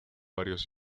varios